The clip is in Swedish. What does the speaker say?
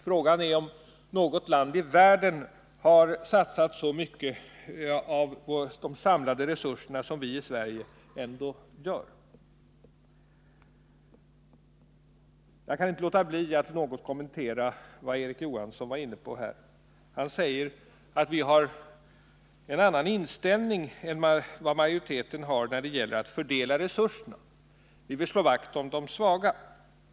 Frågan är om något land i världen har satsat så mycket av de samlade resurserna som vi i Sverige ändå gör. Jag kan inte låta bli att något kommentera vad Erik Johansson var inne på här. Han säger: Vi har en annan inställning än majoriteten har när det gäller att fördela resurserna. Vi vill slå vakt om de svaga.